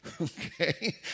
Okay